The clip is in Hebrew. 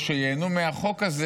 או שייהנו מהחוק הזה,